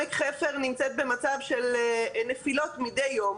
עמק חפר נמצאת במצב של נפילות מדי יום.